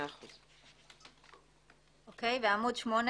עמ' 8,